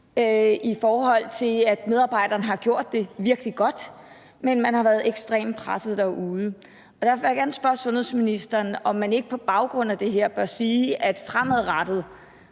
på grænsen. Medarbejderne har gjort det virkelig godt, men man har været ekstremt presset derude. Derfor vil jeg gerne spørge sundhedsministeren, om vi ikke på baggrund af det her bør sige, at vi fremadrettet